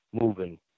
moving